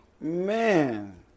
Man